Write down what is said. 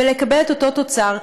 ולקבל את אותו תוצר,